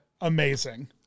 Amazing